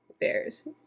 bears